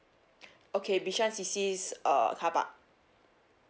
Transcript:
okay bishan C_C's uh car park